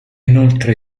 inoltre